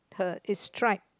her is stripe